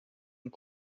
und